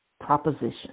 proposition